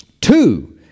two